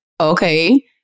okay